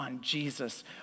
Jesus